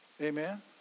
Amen